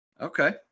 Okay